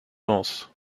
vence